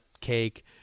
cake